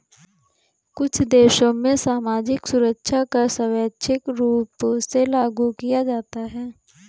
कुछ देशों में सामाजिक सुरक्षा कर स्वैच्छिक रूप से लागू किया जाता है